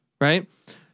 right